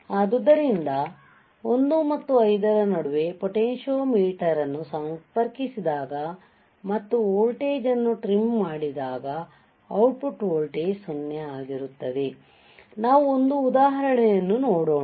ಆದ್ದರಿಂದ 1 ಮತ್ತು 5 ರ ನಡುವೆ ಪೊಟೆನ್ಶಿಯೊಮೀಟರ್ ಅನ್ನು ಸಂಪರ್ಕಿಸಿದಾಗ ಮತ್ತು ವೋಲ್ಟೇಜ್ ಅನ್ನು ಟ್ರಿಮ್ ಮಾಡಿದಾಗ ಔಟ್ಪುಟ್ ವೋಲ್ಟೇಜ್ 0 ಆಗಿರುತ್ತದೆ ಆದ್ದರಿಂದ ನಾವು ಒಂದು ಉದಾಹರಣೆಯನ್ನು ನೋಡೋಣ